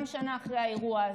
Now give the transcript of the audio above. גם שנה אחרי האירוע הזה.